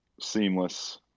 seamless